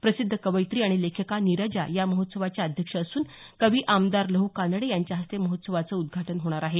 प्रसिध्द कवयित्री आणि लेखिका नीरजा या महोत्सवाच्या अध्यक्ष असून कवी आमदार लहू कानडे यांच्या हस्ते महोत्सवाचं उद्घाटन होणार आहे